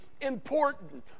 important